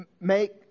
make